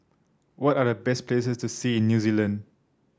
what are the best places to see in New Zealand